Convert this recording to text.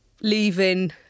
leaving